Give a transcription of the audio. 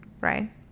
right